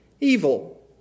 evil